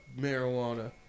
marijuana